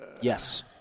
Yes